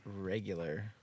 Regular